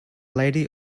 lady